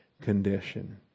condition